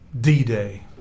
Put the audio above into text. D-Day